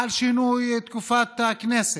על שינוי תקופת הכנסת,